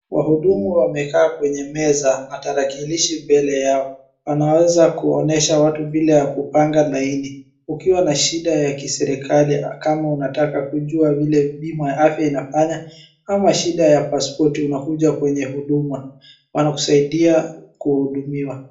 Wahudumu wamekaa kwenye meza na tarakilishi mbele yao, wanaweza kuwaonyesha watu vile ya kupanga laini. Ukiwa na shida ya kiserekali kama unataka kujua vile bima ya afya inafanya ama shida ya passpoti unakuja kwenye huduma wanakusaidia kuhudumiwa.